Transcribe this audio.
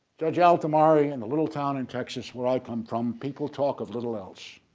judge al tamari in the little town in texas where i come from people talk of little else.